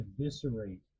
eviscerate